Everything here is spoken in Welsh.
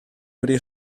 wedi